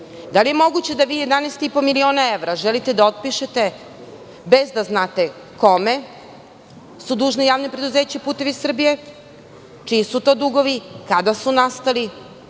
li je moguće da vi 11,5 miliona evra želite da otpišete bez da znate kome je dužno Javno preduzeće "Putevi Srbije", čiji su to dugovi, kada su nastali,